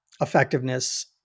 effectiveness